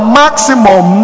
maximum